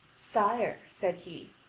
sire, said he,